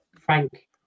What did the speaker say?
Frank